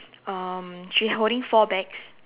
uh she holding four bags